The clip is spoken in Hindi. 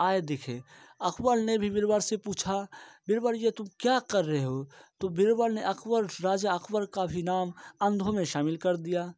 आए दिखे अकबर ने बीरबल से पूछा बीरबल ये तुम क्या कर रहे हो तो बीरबल ने अकबर राजा अकबर का भी नाम अंधों में शामिल कर दिया